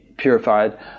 purified